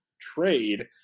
trade